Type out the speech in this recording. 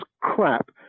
crap